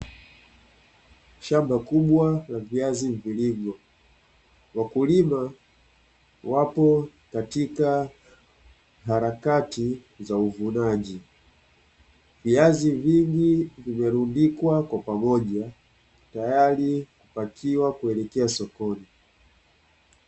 Shamba kubwa la viazi mviringo wakulima wapo katika harakati za uvunaji, viazi hivi vimerundikwa kwa pamoja tayari kupakiwa kuelekea sokoni.